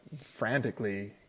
frantically